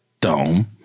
dome